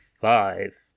five